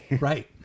Right